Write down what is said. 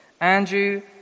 Andrew